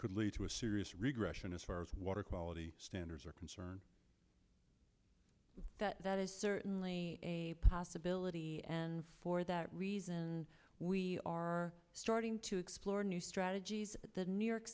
could lead to a serious regression as far as water quality standards are concerned that that is certainly a possibility and for that reason we are starting to explore new strategies the new york